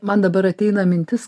man dabar ateina mintis